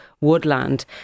woodland